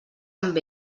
amb